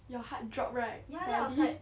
your heart drop right probably